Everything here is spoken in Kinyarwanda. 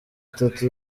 itatu